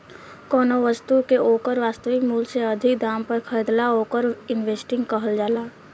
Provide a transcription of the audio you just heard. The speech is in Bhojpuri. कौनो बस्तु के ओकर वास्तविक मूल से अधिक दाम पर खरीदला ओवर इन्वेस्टिंग कहल जाला